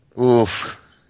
Oof